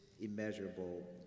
immeasurable